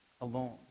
alone